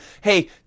Hey